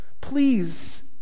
Please